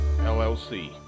LLC